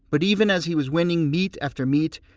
but even as he was winning meet after meet,